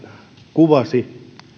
kuvasi